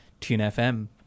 TuneFM